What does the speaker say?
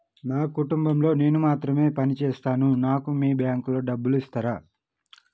నా కుటుంబం లో నేను మాత్రమే పని చేస్తాను నాకు మీ బ్యాంకు లో డబ్బులు ఇస్తరా?